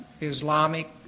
Islamic